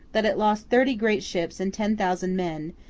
that it lost thirty great ships and ten thousand men,